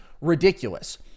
ridiculous